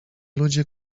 ludzie